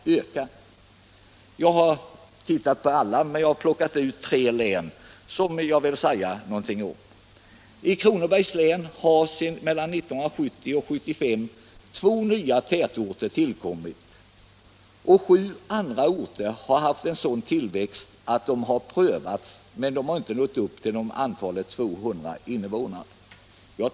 Jag har tittat på alla län men plockat ut tre, som jag vill säga någonting om. I Kronobergs län har mellan 1970 och 1975 två nya tätorter tillkommit, medan sju andra orter har haft en sådan tillväxt att de har prövats men inte nått upp till 200 invånare.